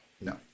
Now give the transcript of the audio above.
No